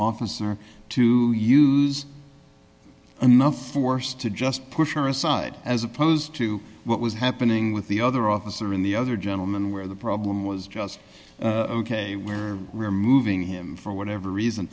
officer to use enough force to just push aside as opposed to what was happening with the other officer in the other gentleman where the problem was just ok where removing him for whatever reason